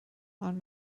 ond